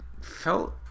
felt